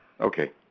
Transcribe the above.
Okay